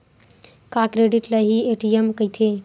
का क्रेडिट ल हि ए.टी.एम कहिथे?